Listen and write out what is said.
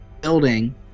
building